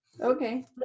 okay